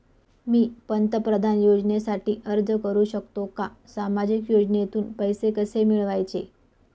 मी पंतप्रधान योजनेसाठी अर्ज करु शकतो का? सामाजिक योजनेतून पैसे कसे मिळवायचे